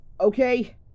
Okay